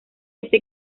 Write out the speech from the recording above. este